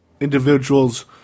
individuals